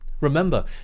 Remember